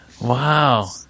wow